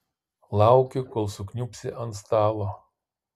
lauki kol sukniubsi ant stalo